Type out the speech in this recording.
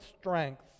strength